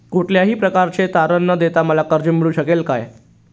कुठल्याही प्रकारचे तारण न देता मला कर्ज मिळू शकेल काय?